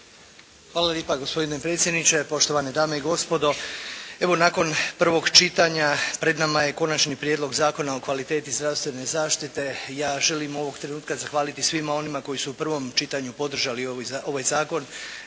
Hvala lijepa gospodine predsjedniče. Poštovane dame i gospodo, evo nakon prvog čitanja pred nama je i Konačni prijedlog Zakona o kvaliteti zdravstvene zaštite. Ja želim ovog trenutka zahvaliti svima onima koji su u prvom čitanju podržali ovaj Zakon.